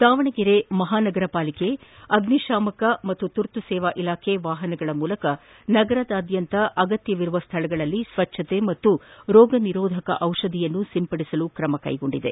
ದಾವಣಗೆರೆ ಮಹಾನಗರ ಪಾಲಿಕೆ ಅಗ್ನಿಶಾಮಕ ಹಾಗೂ ತುರ್ತುಸೇವಾ ಇಲಾಖೆ ವಾಹನಗಳ ಮೂಲಕ ನಗರದಾದ್ಯಂತ ಅಗತ್ಯವಿರುವ ಸ್ಥಳಗಳಲ್ಲಿ ಸ್ವಚ್ವತೆ ಹಾಗೂ ರೋಗನಿರೋಧಕ ದಿಷಧಿಯನ್ನ ಸಿಂಪಡಿಸಲು ತ್ರಮ ಕೈಗೊಂಡಿದೆ